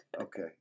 Okay